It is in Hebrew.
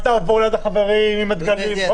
אל תעבור ליד החברים עם הדגלים.